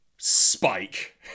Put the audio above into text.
Spike